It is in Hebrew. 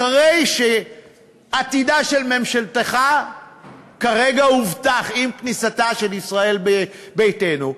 אחרי שעתידה של ממשלתך כרגע הובטח עם כניסתה של ישראל ביתנו,